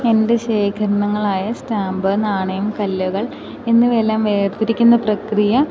എൻ്റെ ശേഖരണങ്ങളായ സ്റ്റാമ്പ് നാണയം കല്ലുകൾ എന്നിവയെല്ലാം വേർതിരിക്കുന്ന പ്രക്രിയ